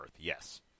yes